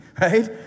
right